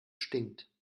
stinkt